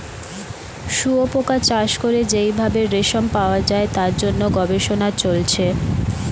শুয়োপোকা চাষ করে যেই ভাবে রেশম পাওয়া যায় তার জন্য গবেষণা চলছে